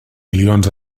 milions